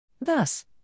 Thus